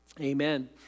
amen